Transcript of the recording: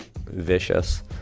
vicious